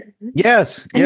Yes